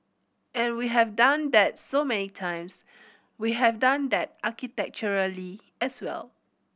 and we have done that so many times we have done that architecturally as well